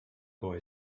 boy